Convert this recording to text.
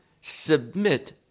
submit